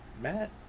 Matt